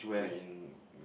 green